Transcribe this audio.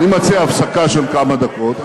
אני מציע הפסקה של כמה דקות.